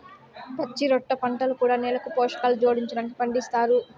పచ్చిరొట్ట పంటలు కూడా నేలకు పోషకాలు జోడించడానికి పండిస్తారు